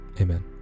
Amen